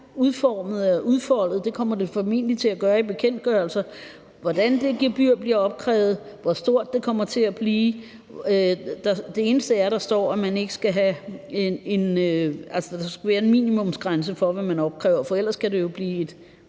ret udfoldet. Det kommer det formentlig til at blive i bekendtgørelser, altså hvordan det gebyr bliver opkrævet, og hvor stort det kommer til at blive. Det eneste, der står, er, at der skal være en minimumsgrænse for, hvad man opkræver, for ellers kan det jo blive en